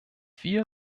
wir